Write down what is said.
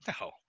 No